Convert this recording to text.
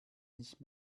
nicht